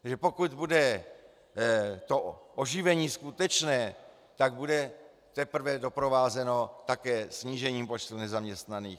Tedy pokud bude to oživení skutečné, bude teprve doprovázeno také snížením počtu nezaměstnaných.